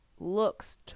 looks